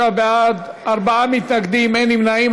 39 בעד, ארבעה מתנגדים, אין נמנעים.